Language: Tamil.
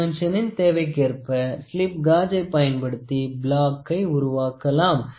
டைமென்சனின் தேவைக்கேற்ப ஸ்லிப் காஜை பயன்படுத்தி பிளாக்கை உருவாக்கலாம்